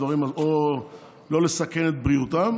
ולא לסכן את בריאותם.